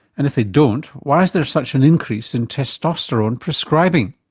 and if they don't, why is there such an increase in testosterone prescribing?